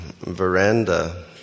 veranda